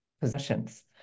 possessions